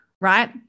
right